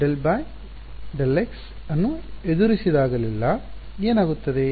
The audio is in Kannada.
ಆದ್ದರಿಂದ ಅದು ∂ ∂x ಅನ್ನು ಎದುರಿಸಿದಾಗಲೆಲ್ಲಾ ಏನಾಗುತ್ತದೆ